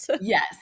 Yes